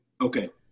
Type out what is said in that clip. Okay